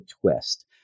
twist